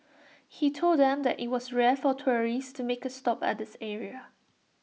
he told them that IT was rare for tourists to make A stop at this area